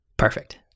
Perfect